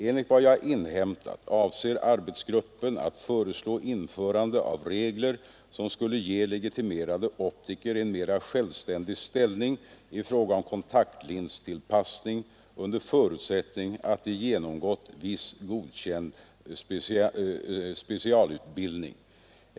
Enligt vad jag inhämtat avser arbetsgruppen att föreslå införande av regler som skulle ge legitimerade optiker en mer självständig ställning i fråga om kontaktlinstillpassning, under förutsättning att de genomgått viss godkänd specialutbildning.